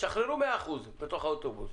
תשחררו 100% בתוך האוטובוס.